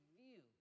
view